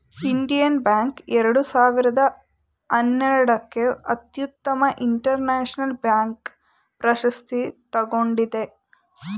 Indian bank ಎರಡು ಸಾವಿರದ ಹನ್ನೆರಡಕ್ಕೆ ಅತ್ಯುತ್ತಮ ಇಂಟರ್ನ್ಯಾಷನಲ್ ಬ್ಯಾಂಕ್ ಪ್ರಶಸ್ತಿ ತಗೊಂಡಿದೆ